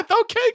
Okay